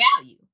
value